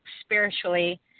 spiritually